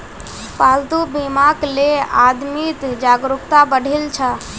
पालतू बीमाक ले आदमीत जागरूकता बढ़ील छ